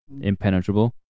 impenetrable